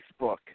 Facebook